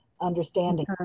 understanding